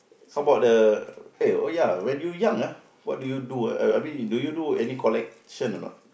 how about the eh oh ya when you young ah what do you do ah I mean do you do any collection or not